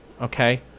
okay